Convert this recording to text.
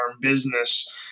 business